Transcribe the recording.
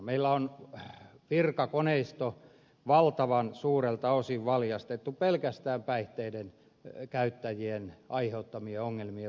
meillä on virkakoneisto valtavan suurelta osin valjastettu pelkästään päihteiden käyttäjien aiheuttamien ongelmien vuoksi